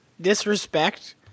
disrespect